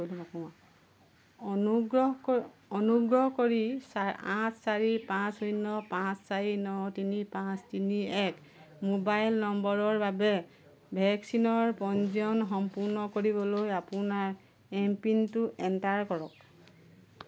অনুগ্ৰহ ক অনুগ্ৰহ কৰি আঠ চাৰি পাঁচ শূণ্য পাঁচ চাৰি ন তিনি পাঁচ তিনি এক মোবাইল নম্বৰৰ বাবে ভেকচিনৰ পঞ্জীয়ন সম্পূৰ্ণ কৰিবলৈ আপোনাৰ এমপিনটো এণ্টাৰ কৰক